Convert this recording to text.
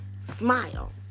Smile